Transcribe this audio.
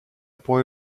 boy